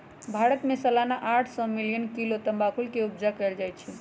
भारत में सलाना आठ सौ मिलियन किलो तमाकुल के उपजा कएल जाइ छै